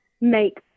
make